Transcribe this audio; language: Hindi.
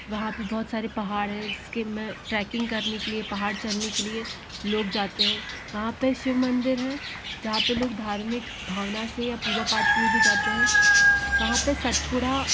वहाँ पे बहुत सारे पहाड़ हैं जिसके में ट्रैकिंग करने के लिए पहाड़ चलने के लिए लोग जाते हैं वहाँ पे शिव मंदिर हैं जहाँ पे लोग धार्मिक भावना से या पूजा पाठ के लिए भी जाते हैं वहाँ पे सतपुड़ा